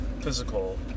physical